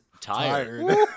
tired